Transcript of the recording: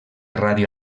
ràdio